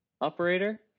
operator